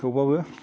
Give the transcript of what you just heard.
थेवबाबो